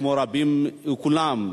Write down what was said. כמו רבים וכולם,